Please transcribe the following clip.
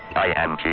i, j,